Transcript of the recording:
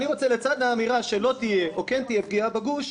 אני רוצה שלצד האמירה שלא תהיה או כן תהיה פגיעה בגוש,